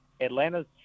Atlanta's